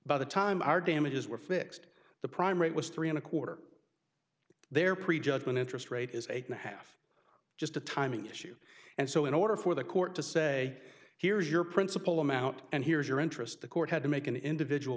by the time our damages were fixed the prime rate was three and a quarter their prejudgment interest rate is eight and a half just a timing issue and so in order for the court to say here's your principal amount and here's your interest the court had to make an individual